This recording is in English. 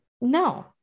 No